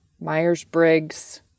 Myers-Briggs